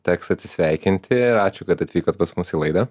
teks atsisveikinti ačiū kad atvykot pas mus į laidą